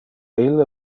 ille